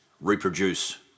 reproduce